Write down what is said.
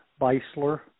Beisler